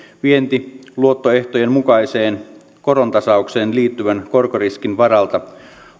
vientiluottoehtojen mukaiseen korontasaukseen liittyvän korkoriskin varalta